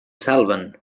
salven